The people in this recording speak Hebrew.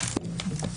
ישיבה זו נעולה.